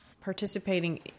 participating